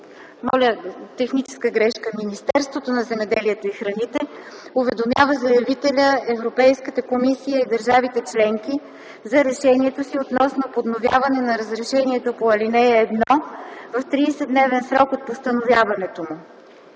мотивите за това. (9) Министерството на земеделието и храните уведомява заявителя, Европейската комисия и държавите членки за решението си относно подновяване на разрешението по ал. 1 в 30-дневен срок от постановяването му”.